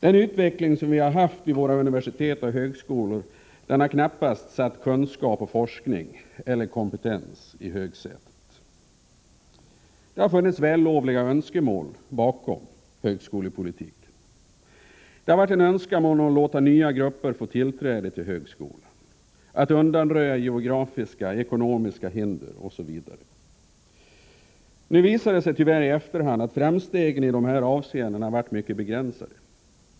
Denna utveckling har lett till en utbildningspolitik som knappast har satt kunskap, kompetens och forskning i högsätet. Det har funnits vällovliga syften bakom högskolepolitiken. Det har varit Önskningar om att låta nya grupper få tillträde till högskolan, om att undanröja geografiska och ekonomiska hinder osv. Nu visar det sig tyvärr i efterhand att framstegen i de här avseendena har varit mycket begränsade.